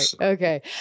Okay